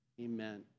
Amen